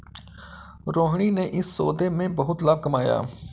रोहिणी ने इस सौदे में बहुत लाभ कमाया